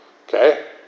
Okay